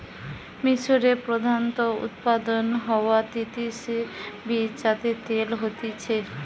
মিশরে প্রধানত উৎপাদন হওয়া তিসির বীজ যাতে তেল হতিছে